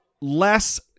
less